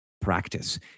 practice